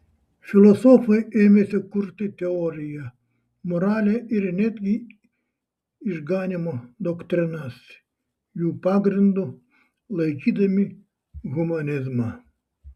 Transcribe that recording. filosofai ėmėsi kurti teoriją moralę ir netgi išganymo doktrinas jų pagrindu laikydami humanizmą